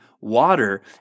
water